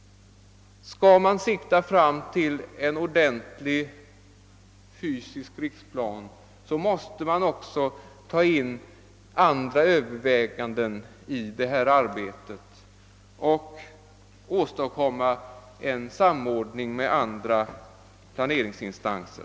Skall man sikta fram till en ordent lig fysisk riksplan måste man också ta in andra överväganden i detta arbete och åstadkomma en samordning med andra planeringsinstanser.